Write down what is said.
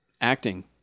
acting